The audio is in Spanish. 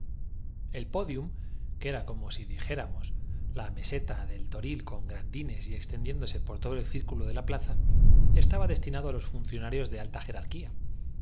el podium que era como si dijéramos la meseta del toril con gradines y extendiéndose por todo el círculo de la plaza estaba destinado á los funcionarios de alta jerarquía en